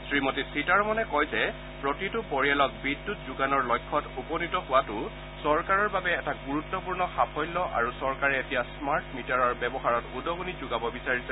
শ্ৰীমতী সীতাৰমণে কয় যে প্ৰতিটো পৰিয়ালক বিদ্যুৎ যোগানৰ লক্ষ্যত উপনীত হোৱাটো চৰকাৰৰ বাবে এটা গুৰুত্পূৰ্ণ সাফল্য আৰু চৰকাৰে এতিয়া স্মাৰ্ট মিটাৰৰ ব্যৱহাৰত উদগণি যোগাব বিচাৰিছে